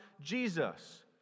Jesus